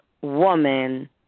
woman